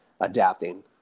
adapting